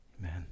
Amen